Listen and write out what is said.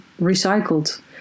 recycled